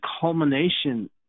culmination